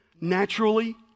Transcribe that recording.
naturally